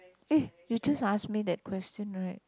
eh you just ask me that question right